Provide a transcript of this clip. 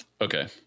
Okay